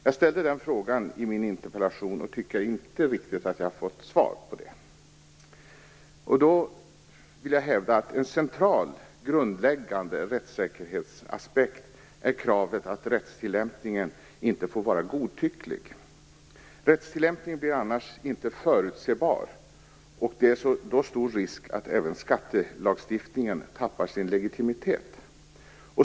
Jag ställde den frågan i min interpellation, och jag tycker inte att jag riktigt har fått svar på den. Jag hävdar att en central, grundläggande rättssäkerhetsaspekt är kravet att rättstillämpningen inte får vara godtycklig. Rättstillämpningen blir annars inte förutsebar. Det är då stor risk att även skattelagstiftningen tappar sin legitimitet.